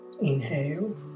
Inhale